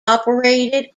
operated